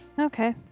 Okay